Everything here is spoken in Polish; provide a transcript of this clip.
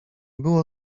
było